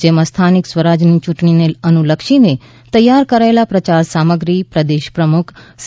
જેમાં સ્થાનિક સ્વરાજની યૂંટણીને અનુલક્ષીને તૈયાર કરાયેલ પ્રયાર સામગ્રી પ્રદેશ પ્રમુખ સી